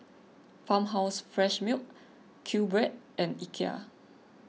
Farmhouse Fresh Milk Q Bread and Ikea